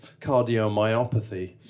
cardiomyopathy